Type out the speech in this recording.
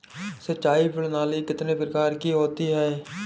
सिंचाई प्रणाली कितने प्रकार की होती है?